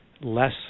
less